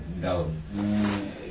down